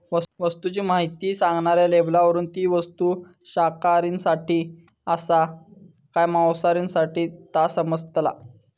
वस्तूची म्हायती सांगणाऱ्या लेबलावरून ती वस्तू शाकाहारींसाठी आसा काय मांसाहारींसाठी ता समाजता